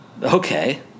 okay